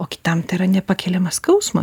o kitam tai yra nepakeliamas skausmą